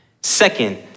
Second